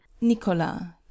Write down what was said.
Nicola